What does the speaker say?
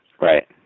Right